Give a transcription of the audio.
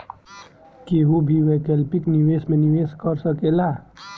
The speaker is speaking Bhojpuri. केहू भी वैकल्पिक निवेश में निवेश कर सकेला